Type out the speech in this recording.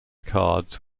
cards